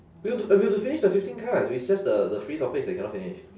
we got to I we got to finish the fifteen cards it's just the the free topics that we cannot finish